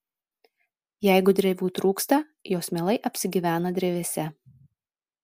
jeigu drevių trūksta jos mielai apsigyvena drevėse